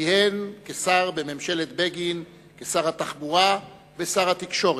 כיהן בממשלת בגין כשר התחבורה ושר התקשורת.